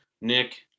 Nick